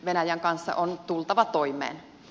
venäjän kanssa on tultava toimeen